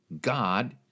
God